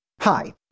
Hi